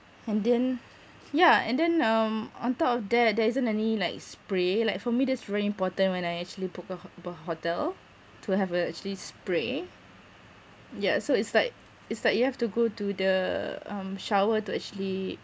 and then yeah and then um on top of that there isn't any like spray like for me that's really important when I actually book a ho~ a hotel to have a actually spray yeah so it's like it's like you have to go to the um shower to actually